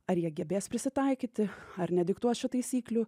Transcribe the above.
ar jie gebės prisitaikyti ar nediktuos čia taisyklių